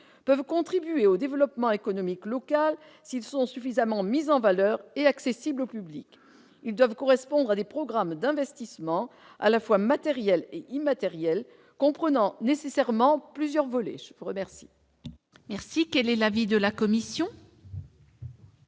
peuvent contribuer au développement économique local s'ils sont suffisamment mis en valeur et accessibles au public. Ils doivent correspondre à des programmes d'investissement, à la fois matériels et immatériels, comprenant nécessairement plusieurs volets. Quel